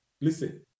Listen